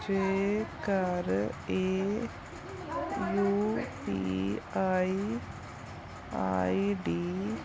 ਜੇਕਰ ਇਹ U P I I D